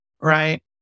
Right